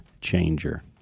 changer